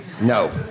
no